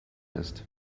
ist